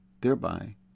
thereby